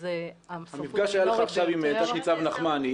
זה --- המפגש שהיה לך עכשיו עם תת ניצב נחמני,